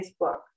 Facebook